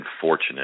fortunate